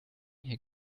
hier